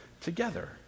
together